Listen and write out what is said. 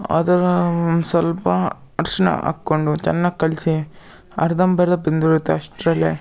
ಅದರ ಸ್ವಲ್ಪ ಅರ್ಶಿನ ಹಾಕ್ಕೊಂಡು ಚೆನ್ನಾಗಿ ಕಲಿಸಿ ಅರ್ಧಂಬರ್ಧ ಬೆಂದಿರುತ್ತೆ ಅಷ್ಟ್ರಲ್ಲೇ